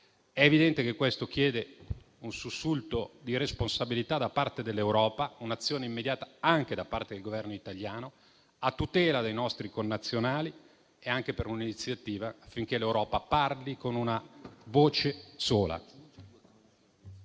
È evidente che questo chiede un sussulto di responsabilità da parte dell'Europa, un'azione immediata anche da parte del Governo italiano, a tutela dei nostri connazionali e anche per un'iniziativa affinché l'Europa parli con una voce sola.